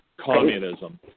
communism